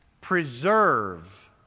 preserve